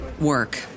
work